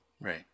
Right